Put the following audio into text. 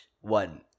one